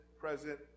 present